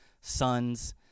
sons